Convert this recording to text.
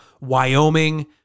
Wyoming